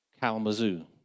Kalamazoo